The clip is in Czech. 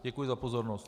Děkuji za pozornost.